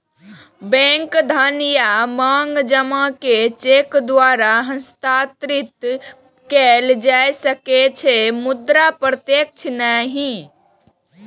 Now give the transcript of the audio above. bank धन या मांग जमा कें चेक द्वारा हस्तांतरित कैल जा सकै छै, मुदा प्रत्यक्ष नहि